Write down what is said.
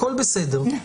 הכול בסדר.